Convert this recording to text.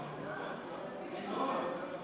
לנהור.